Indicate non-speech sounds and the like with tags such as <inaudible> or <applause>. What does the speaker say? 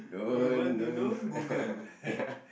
you want to know Google <laughs>